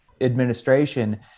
administration